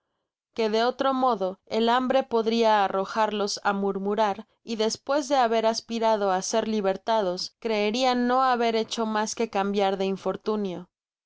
que de otro modo el hambre nodria arrojarlos á murmurar y despues de haber aspirado á ser libertados creerian no haber lierehomasque cambiar de infortunio